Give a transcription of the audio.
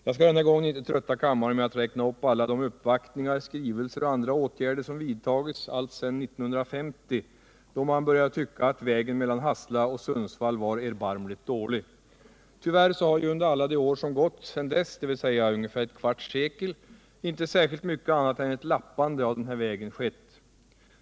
Jag skall den här gången inte trötta kammarens ledamöter med att räkna upp alla uppvaktningar, skrivelser och andra åtgärder sedan 1950, då man började tycka att vägen mellan Hassela och Sundsvall var erbarmligt dålig. Tyvärr har ju under alla de år som gått sedan dess, dvs. ungefär ett kvarts sekel, inte särskilt mycket annat skett än ett lappande av den här vägen.